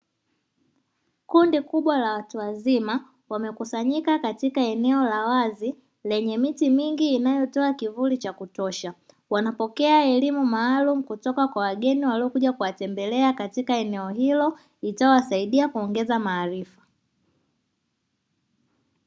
Kundi kubwa la watu wazima, wamekusanyika katika eneo la wazi lenye miti mingi inayotoa kivuli cha kutosha, wanapokea elimu maalum kutoka kwa wageni waliokuja kuwatembelea katika eneo hilo itakayowasaidia kuongeza maarifa.